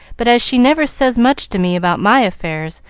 but as she never says much to me about my affairs,